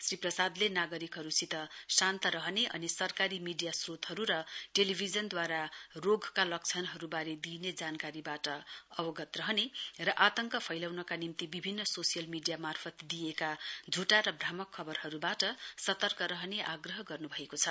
श्री प्रसादले नागरिकहरूसित शान्त रहने अनि सरकारी मीडिया स्रोतहरू टेलिभिजनद्वारा रोगका लक्षणहरूबारे दिइने जानकारी बाट अवगत रहने अनि आंतक फैलाउनका निम्ति विभिन्न सोसियल मिडिया मार्फत दिइएको झुटा र भ्रामक खबरहरूबाट सतर्क रहने आग्रह गर्नुभएको छ